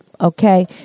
okay